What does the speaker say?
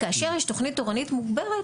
כאשר יש תכנית תורנית מוגברת,